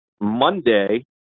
Monday